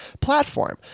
platform